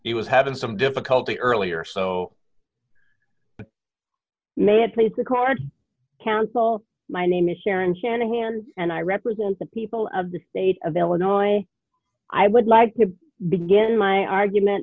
he was having some difficulty earlier so may it please the court counsel my name is sharon shanahan and i represent the people of the state of illinois i would like to begin my argument